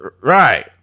Right